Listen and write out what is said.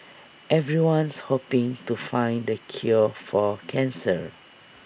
everyone's hoping to find the cure for cancer